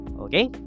okay